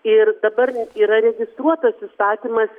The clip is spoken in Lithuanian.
ir dabar yra registruotas įstatymas